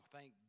Thank